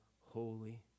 holy